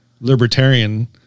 libertarian